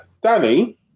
Danny